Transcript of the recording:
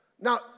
now